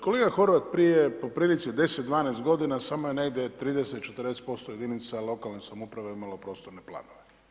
Kolega Horvat, prije po prilici 10, 12 godina samo je negdje 30, 40% jedinica lokalne samouprave imalo prostorne planove.